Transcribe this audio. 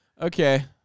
Okay